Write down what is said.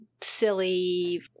silly